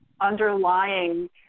underlying